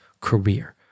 career